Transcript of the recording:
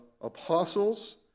apostles